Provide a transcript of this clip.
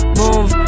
move